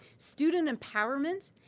student empowerment,